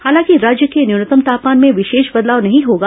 हालांकि राज्य के न्यूनतम तापमान में विशेष बदलाव नहीं होगा